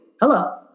Hello